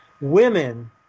Women